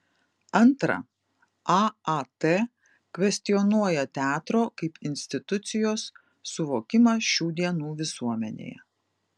antra aat kvestionuoja teatro kaip institucijos suvokimą šių dienų visuomenėje